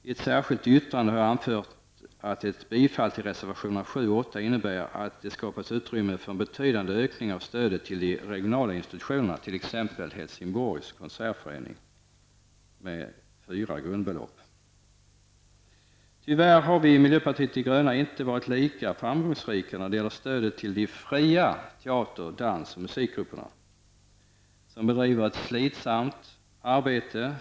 I ett särskilt yttrande anför jag att ett bifall till reservationerna 7 och 8 innebär att det skapas ett utrymme för en betydande ökning av stödet till de regionala institutionerna, t.ex. Helsingborgs konsertförening. Det handlar då om Tyvärr har vi inte varit lika framgångsrika när det gäller stödet till de fria teater-, dans och musikgrupperna, som bedriver ett slitsamt arbete.